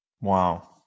Wow